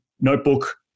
notebook